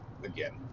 Again